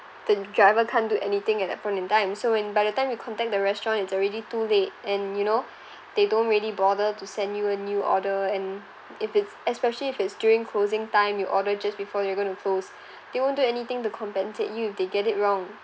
the driver can't do anything at that point in time so when by the time you contact the restaurant it's already too late and you know they don't really bother to send you a new order and if it's especially if it's during closing time you order just before they're going to close they won't do anything to compensate you if they get it wrong